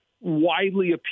widely